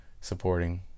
supporting